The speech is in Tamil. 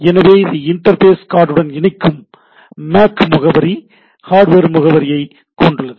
எனவே இது இன்டர்ஃபேஸ் கார்டுடன் இருக்கும் MAC முகவரி அல்லது ஹார்டுவேர் முகவரியை கொண்டுள்ளது